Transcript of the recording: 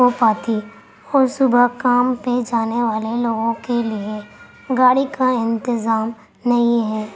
ہو پاتی اور صبح کام پہ جانے والے لوگوں کے لیے گاڑی کا انتظام نہیں ہے